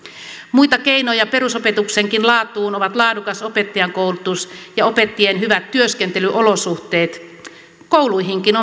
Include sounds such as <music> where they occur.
muita keinoja perusopetuksenkin laatuun ovat laadukas opettajankoulutus ja opettajien hyvät työskentelyolosuhteet kouluihinkin <unintelligible>